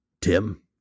Tim